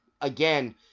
again